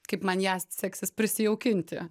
kaip man ją seksis prisijaukinti